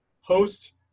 host